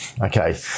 Okay